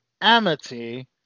Amity